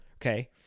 okay